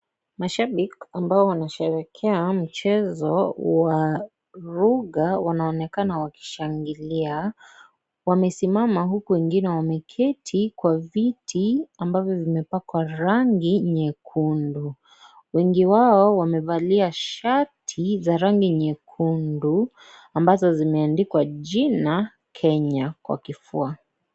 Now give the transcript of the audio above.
Mashabiki ambao wanasherehekea mchezo wa raga wanaonekana wakishangilia. Wamesimama huku wengine wameketi kwa viti ambavyo vimepakwa rangi nyekundu. Wengi wa wamevalia shati za rangi nyekundu ambazo zimeandikwa jina Kenya kwa kifua.